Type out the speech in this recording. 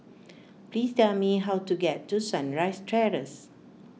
please tell me how to get to Sunrise Terrace